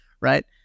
Right